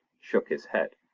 shook his head.